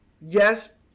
yes